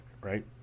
right